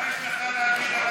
מה יש לך להגיד על הצעת החוק?